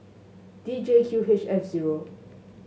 D J Q H F zero